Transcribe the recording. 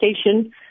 station